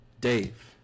Dave